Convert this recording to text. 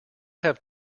have